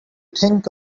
think